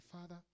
Father